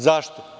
Zašto?